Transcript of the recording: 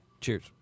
Cheers